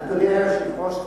אדוני היושב-ראש,